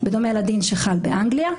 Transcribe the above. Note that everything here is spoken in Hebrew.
בדומה לדין שחל באנגליה.